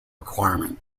requirement